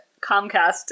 comcast